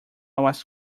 was